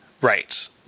Right